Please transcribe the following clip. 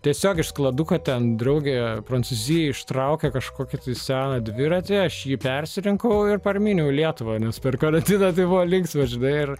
tiesiog iš skladuko ten draugė prancūzijoj ištraukė kažkokį tai seną dviratį aš jį persirinkau ir parmyniau į lietuvą nes per karantiną tai buvo linksma žinai ir